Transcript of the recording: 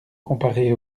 comparer